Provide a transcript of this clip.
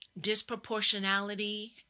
disproportionality